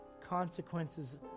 consequences